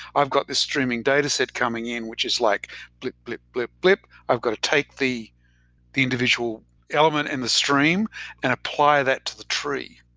i've got this streaming data set coming in, which is like blip, blip, blip. i've got to take the the individual element in the stream and apply that to the tree,